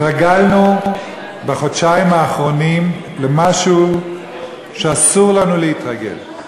התרגלנו בחודשיים האחרונים למשהו שאסור לנו להתרגל.